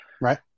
Right